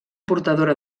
portadora